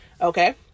Okay